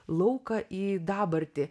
lauką į dabartį